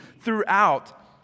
throughout